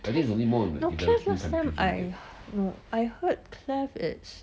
cleft no cleft last time I no I heard cleft it's